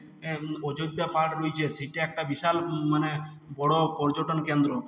এ অযোধ্যা পাহাড় রইছে সেইটা একটা বিশাল ম মানে বড়ো পর্যটন কেন্দ্র